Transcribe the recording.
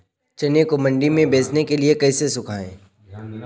चने को मंडी में बेचने के लिए कैसे सुखाएँ?